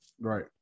Right